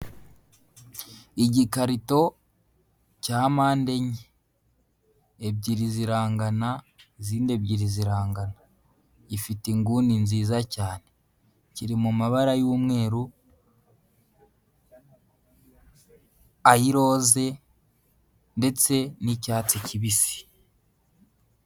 Igikarito cya mpande enye, ebyiri zirangana, izindi ebyiri zirangana, gifite inguni nziza cyane, kiri mu mabara y'umweru, ay'iroze ndetse n'icyatsi kibisi.